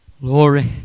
glory